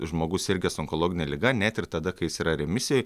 žmogus sirgęs onkologine liga net ir tada kai jis yra remisijoj